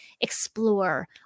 explore